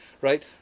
right